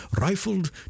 rifled